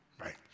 right